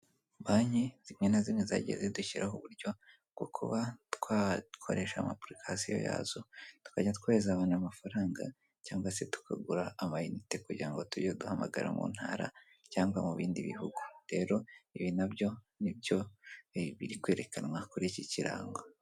Banki zimwe na zimwe zagiye zidushyiriraho uburyo bwo kuba twakoresha amapurikasiyoyazo tukajya duhanahanabana amafaranga cyangwa se tukagura amayinite kugira ngo tujye duhamagara mu ntara cyangwa mu bindi bihugu, rero ibi nabyo nibyo biri kwerekanwa kuri iki kirango.